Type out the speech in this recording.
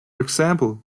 example